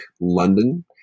London